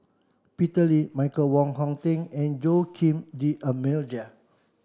Peter Lee Michael Wong Hong Teng and Joaquim D'almeida